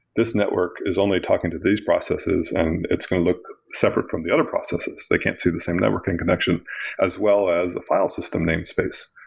this network is only talking to these processes and it's going to look separate from the other processes. they can't see the same networking connection as well as a file system name space.